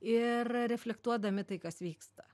ir reflektuodami tai kas vyksta